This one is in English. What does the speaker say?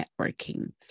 networking